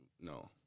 No